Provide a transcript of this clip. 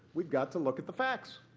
we've got to look at the facts.